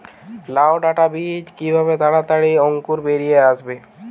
লাউ ডাটা বীজ কিভাবে তাড়াতাড়ি অঙ্কুর বেরিয়ে আসবে?